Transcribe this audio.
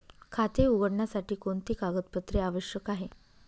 खाते उघडण्यासाठी कोणती कागदपत्रे आवश्यक आहे?